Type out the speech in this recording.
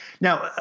Now